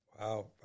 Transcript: Wow